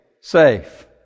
safe